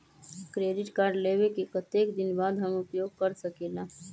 Credit card लेबे के कतेक दिन बाद हम उपयोग कर सकेला?